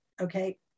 okay